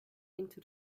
into